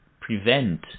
prevent